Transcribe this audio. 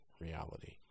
reality